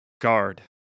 Guard